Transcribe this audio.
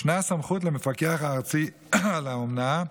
ישנה סמכות למפקח הארצי על האומנה,